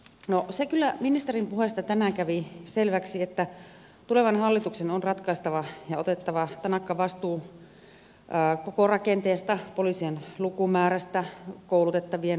no se kyllä ministerin puheesta tänään kävi selväksi että tulevan hallituksen on ratkaistava ja otettava tanakka vastuu koko rakenteesta poliisien lukumäärästä koulutettavien määrästä